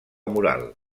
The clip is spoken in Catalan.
moral